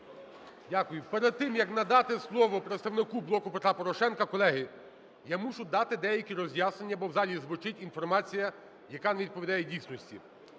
Дякую. Перед тим, як надати слово представнику "Блоку Петра Порошенка", колеги, я мушу дати деякі роз'яснення, бо в залі звучить інформація, яка не відповідає дійсності.